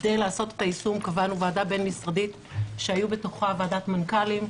כדי לעשות את היישום קבענו ועדה בין-משרדית שבתוכה היו ועדת מנכ"לים,